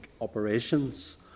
operations